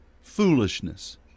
foolishness